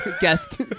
Guest